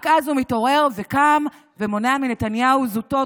רק אז הוא מתעורר וקם ומונע מנתניהו זוטות,